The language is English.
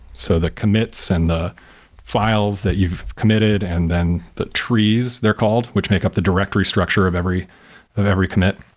so that commits and the files that you've committed, and then the trees they're called, which make up the directory structure of every of every commit.